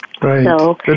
Right